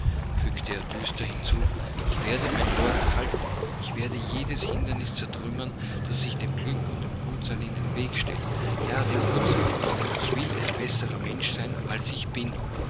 fügte er düster hinzu ich werde mein wort halten ich werde jedes hindernis zertrümmern das sich dem glück und dem gutsein in den weg stellt ja dem gutsein ich will ein besserer mensch sein als ich war